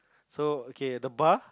so okay the bar